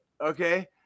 okay